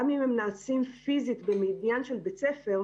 גם אם הם נעשים פיזית בבניין של בית ספר,